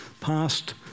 past